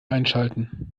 einschalten